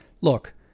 look